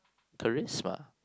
charisma